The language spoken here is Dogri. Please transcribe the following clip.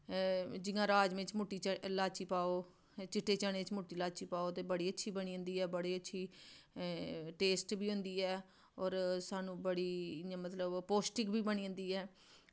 जि'यां राजमांह् च मुट्टी लाची पाओ ते चिट्टे चने च मुट्टी लाची पाओ ते बड़ी अच्छी बनी जंदी ऐ ते बड़ी अच्छी टेस्ट बी होंदी ऐ होर सानूं बड़ी इ'यां मतलब पौष्टिक बी बनी जंदी ऐ